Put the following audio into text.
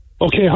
okay